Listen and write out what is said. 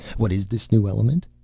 what is this new element?